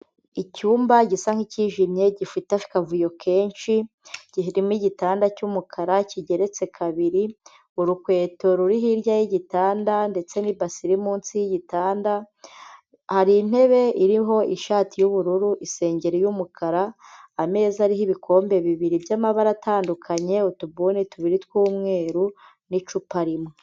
Icyumba gisa nk'icyimye gifite akavuyo kenshi, gihirimo igitanda cy'umukara kigeretse kabiri, urukweto ruri hirya yigitanda ndetse n'ibasi iri munsi yigitanda, hari intebe iriho ishati y'ubururu, isengeri y'umukara, ameza ariho ibikombe bibiri by'amabara atandukanye utubuni tubiri tw'umweru, n'icupa rimwe.